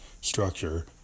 structure